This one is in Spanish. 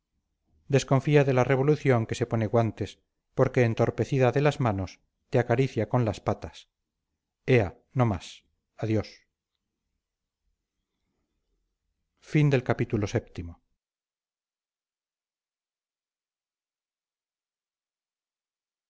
desconfía de la revolución que se pone guantes porque entorpecida de las manos te acaricia con las patas ea no más adiós